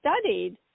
studied